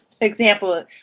example